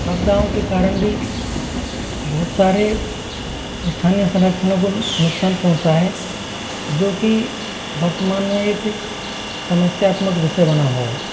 आपदाओं के कारण भी बहुत सारे स्थानीय संरक्षण को नुकसान पहुँचा है जो कि वर्तमान में एक समस्यात्मक विषय बना हुआ है